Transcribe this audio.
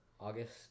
August